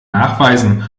nachweisen